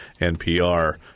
NPR